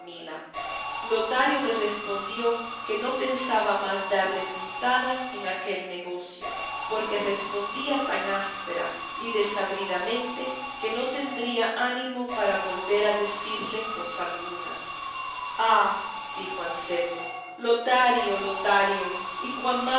lotario le respondió que no pensaba más darle puntada en aquel negocio porque respondía tan áspera y desabridamente que no tendría ánimo para volver a decirle cosa alguna ah dijo anselmo lotario lotario y cuán